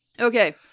Okay